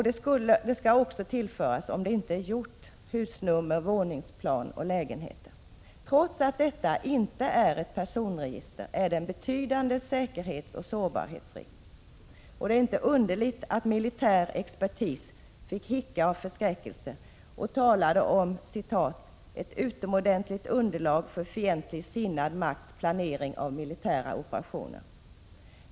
Det skall också tillföras, om det inte är gjort, husnummer, våningsplan och lägenheter. Trots att detta inte är ett personregister är det en mycket betydande säkerhetsoch sårbarhetsrisk. Det är inte underligt att militär expertis fick hicka av förskräckelse och talade om ”ett utomordentligt underlag för fientligt sinnad makts planering av militära operationer”.